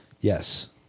Yes